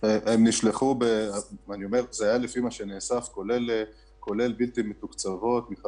זה היה לפי מה שנאסף, כולל מכללות לא מתוקצבות.